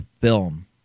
film